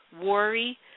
worry